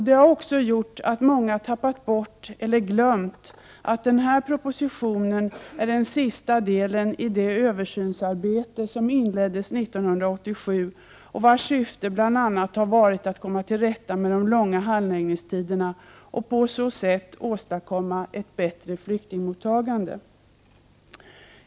Det har också gjort att många tappat bort eller glömt att den här propositionen är den sista delen i det översynsarbete som inleddes 1987 och vars syfte bl.a. varit att komma till rätta med de långa handläggningstiderna och på så sätt åstadkomma ett bättre flyktingmottagande.